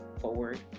forward